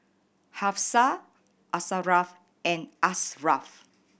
Hafsa Asharaff and Ashraff